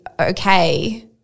okay